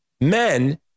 men